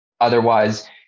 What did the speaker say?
Otherwise